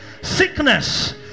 sickness